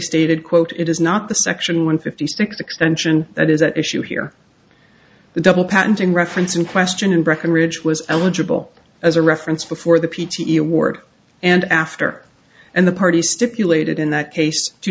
stated quote it is not the section one fifty six extension that is at issue here the double patenting reference in question in breckenridge was eligible as a reference before the p t o award and after and the party stipulated in that case